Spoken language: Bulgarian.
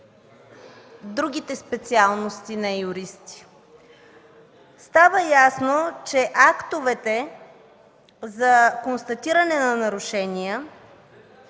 другите специалности, не юристи, става ясно, че актовете за констатиране на нарушения,